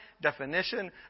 definition